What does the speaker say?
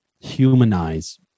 humanize